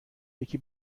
یکی